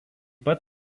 pat